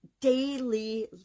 daily